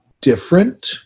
different